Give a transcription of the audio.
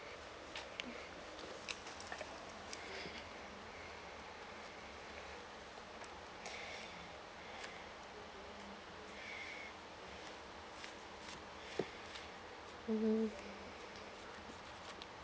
mmhmm